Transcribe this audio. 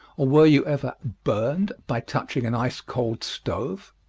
or were you ever burned by touching an ice-cold stove?